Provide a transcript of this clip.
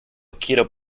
quiero